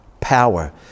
power